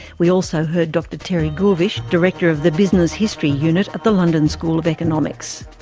we also heard dr terry gourvish, director of the business history unit at the london school of economics.